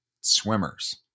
swimmers